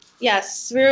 Yes